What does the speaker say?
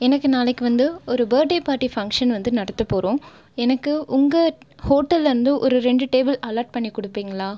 எனக்கு நாளைக்கு வந்து ஒரு பர்த் டே பார்ட்டி ஃபங்ஷன் வந்து நடத்த போகிறோம் எனக்கு உங்கள் ஹோட்டலில் இருந்து ஒரு ரெண்டு டேபிள் அல்லாட் பண்ணிக் கொடுப்பீங்களா